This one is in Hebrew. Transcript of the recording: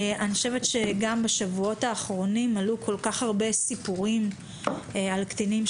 אני חושבת שגם בשבועות האחרונים עלו כל כך הרבה סיפורים על קטינים,